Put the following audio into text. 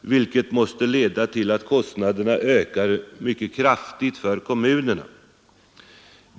vilket måste leda till att kostnaderna ökar mycket starkt för kommunerna.